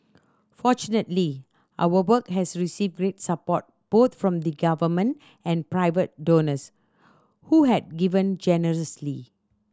fortunately our work has received great support both from the Government and private donors who had given generously